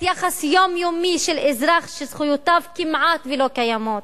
יחס יומיומי של אזרח שזכויותיו כמעט שלא קיימות,